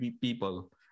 people